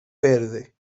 verde